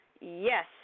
Yes